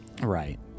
Right